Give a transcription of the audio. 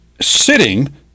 sitting